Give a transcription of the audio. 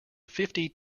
fifty